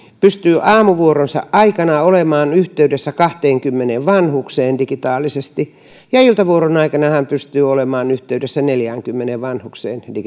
pystyy aamuvuoronsa aikana olemaan yhteydessä kahteenkymmeneen vanhukseen digitaalisesti ja iltavuoron aikana hän pystyy olemaan yhteydessä neljäänkymmeneen vanhukseen digitaalisesti